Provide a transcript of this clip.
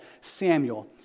Samuel